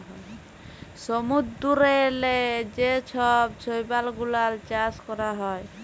সমুদ্দূরেল্লে যে ছব শৈবাল গুলাল চাষ ক্যরা হ্যয়